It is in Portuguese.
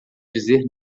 dizer